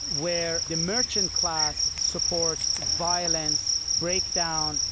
where the merchant class supports violence, breakdown,